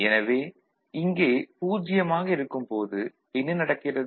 எனவே இங்கே 0 ஆக இருக்கும்போது என்ன நடக்கிறது